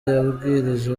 yabwirije